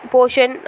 Portion